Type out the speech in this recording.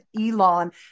Elon